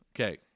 Okay